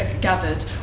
Gathered